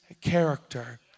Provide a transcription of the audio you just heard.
character